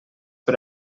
per